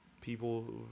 people